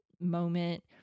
moment